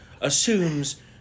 assumes